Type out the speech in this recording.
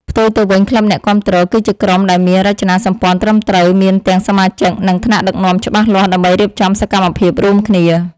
ផ្ទុយទៅវិញក្លឹបអ្នកគាំទ្រគឺជាក្រុមដែលមានរចនាសម្ព័ន្ធត្រឹមត្រូវ មានទាំងសមាជិក និង ថ្នាក់ដឹកនាំច្បាស់លាស់ដើម្បីរៀបចំសកម្មភាពរួមគ្នា។